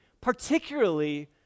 particularly